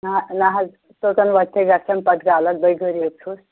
نہَ نہَ حظ توٚتَن وٲتِتھٕے گژھان پَتہٕ غلط بٕے غریٖب چھُس